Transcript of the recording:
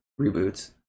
reboots